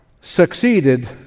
succeeded